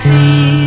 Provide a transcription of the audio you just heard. See